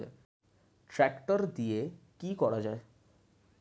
Tractor দিয়ে কি করা যায়?